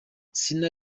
sina